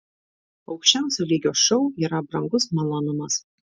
aukščiausio lygio šou yra brangus malonumas